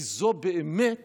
כי זו באמת